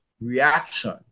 reaction